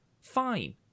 Fine